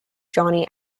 johnny